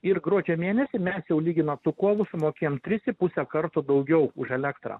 ir gruodžio mėnesį mes jau lyginant su kovu sumokėjom tris su puse karto daugiau už elektrą